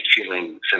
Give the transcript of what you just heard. feeling